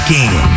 Game